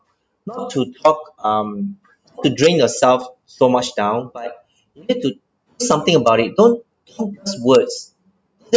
not to talk um to drain yourself so much down but you need to do something about it don't use words